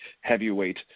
heavyweight